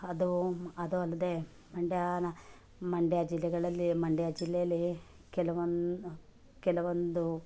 ಅದು ಅದು ಅಲ್ಲದೇ ಮಂಡ್ಯನ ಮಂಡ್ಯ ಜಿಲ್ಲೆಗಳಲ್ಲಿ ಮಂಡ್ಯ ಜಿಲ್ಲೆಯಲ್ಲಿ ಕೆಲವನ್ನ ಕೆಲವೊಂದು